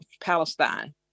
Palestine